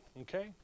Okay